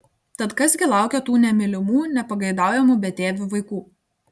tad kas gi laukia tų nemylimų nepageidaujamų betėvių vaikų